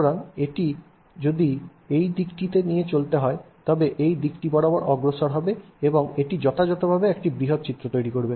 সুতরাং যদি এটি এই দিকটি নিয়ে চলতে হয় তবে এটি দিকটি বরাবর অগ্রসর হবে এবং এটি যথাযথভাবে একটি বৃহত চিত্র তৈরি করবে